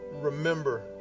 remember